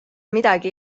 midagi